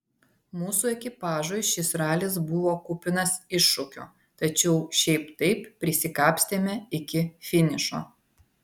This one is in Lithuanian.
mūsų ekipažui šis ralis buvo kupinas iššūkių tačiau šiaip taip prisikapstėme iki finišo